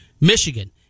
Michigan